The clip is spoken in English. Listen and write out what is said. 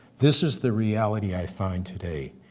this is the reality i find today.